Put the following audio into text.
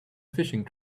fishing